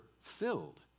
filled